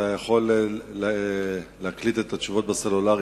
אתה יכול להקליט את התשובות בסלולרי,